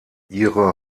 ihre